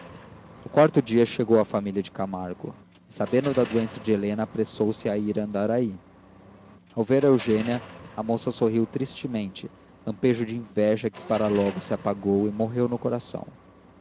no quarto dia chegou a família de camargo e sabendo da doença de helena apressou-se a ir a andaraí ao ver eugênia a moça sorriu tristemente lampejo de inveja que para logo se apagou e morreu no coração